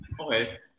Okay